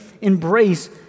embrace